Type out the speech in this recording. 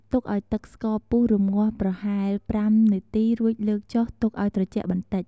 ទុកឱ្យទឹកស្ករពុះរម្ងាស់ប្រហែល ៥ នាទី រួចលើកចុះទុកឱ្យត្រជាក់បន្តិច។